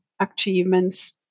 achievements